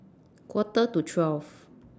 Quarter to twelve